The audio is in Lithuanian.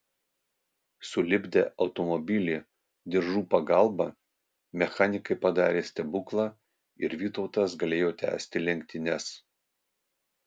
sulipdę automobilį diržų pagalbą mechanikai padarė stebuklą ir vytautas galėjo tęsti lenktynes